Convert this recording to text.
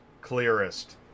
clearest